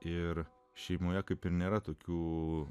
ir šeimoje kaip ir nėra tokių